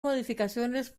modificaciones